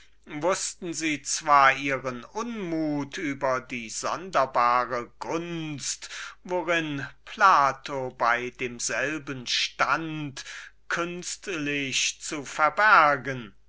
wußten sie zwar ihren unmut über die sonderbare gunst worin plato bei demselben stund sehr künstlich zu verbergen